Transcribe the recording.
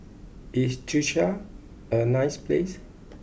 is Czechia a nice place